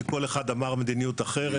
שכל אחד אמר מדיניות אחרת.